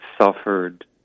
suffered